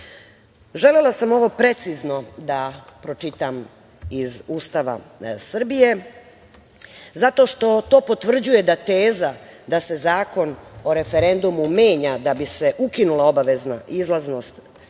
sam ovo precizno da pročitam iz Ustava Srbije zato što to potvrđuje da teza da se Zakon o referendumu menja da bi se ukinula obavezna izlasnost većine